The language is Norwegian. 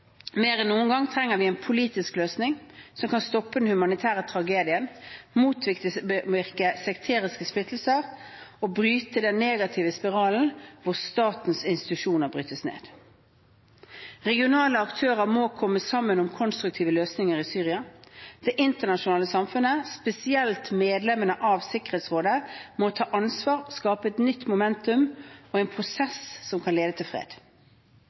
Mer enn noen gang trenger vi en politisk løsning som kan stoppe den humanitære tragedien, motvirke sekteriske splittelser og bryte den negative spiralen hvor statens institusjoner brytes ned. Regionale aktører må komme sammen om konstruktive løsninger i Syria. Det internasjonale samfunnet – spesielt medlemmene av Sikkerhetsrådet – må ta ansvar og skape et nytt momentum og en prosess som kan lede til fred.